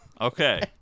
Okay